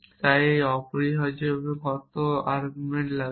তাই এটা অপরিহার্যভাবে কত আর্গুমেন্ট লাগে